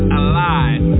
alive